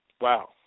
wow